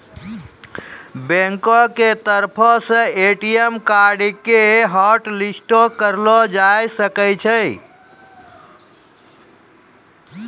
बैंको के तरफो से ए.टी.एम कार्डो के हाटलिस्टो करलो जाय सकै छै